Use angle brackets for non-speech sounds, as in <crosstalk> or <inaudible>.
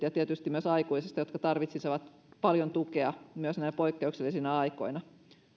<unintelligible> ja tietysti myös aikuisista jotka tarvitsisivat paljon tukea myös näinä poikkeuksellisina aikoina